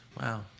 Wow